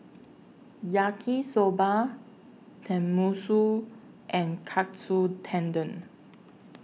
Yaki Soba Tenmusu and Katsu Tendon